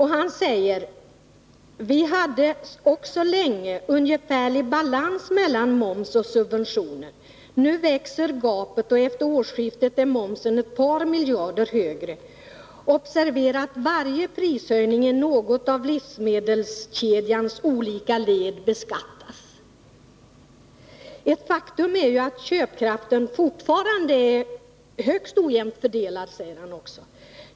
Han säger: ”Vi hade också länge ungefärlig balans mellan moms och subventioner. Nu växer gapet och efter årsskiftet är momsen ett par miljarder högre. Observera att varje prishöjning i något av livsmedelskedjans olika led beskattas.” Han säger vidare: ”Ett faktum är ju att köpkraften fortfarande är högst ojämnt fördelad.